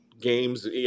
games